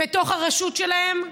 בתוך הרשות שלהן?